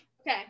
okay